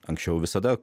anksčiau visada